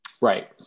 right